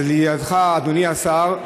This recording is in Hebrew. לידיעתך, אדוני השר,